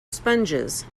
sponges